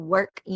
Work